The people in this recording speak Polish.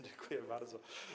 Dziękuję bardzo.